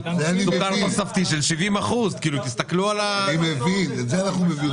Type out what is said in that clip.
סוכר תוספתי של 70%. את זה אנחנו מבינים.